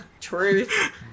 Truth